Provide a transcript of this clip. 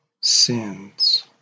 sins